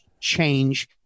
change